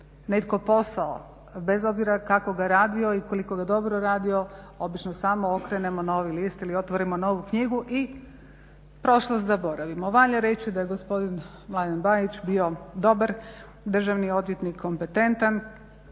netko posao bez obzira kako ga radio i koliko ga dobro radio obično samo okrenemo novi list ili otvorimo novu knjigu i prošlost zaboravimo. Valja reći da je gospodin Mladen Bajić bio dobar državni odvjetnik, kompetentan.